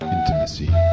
Intimacy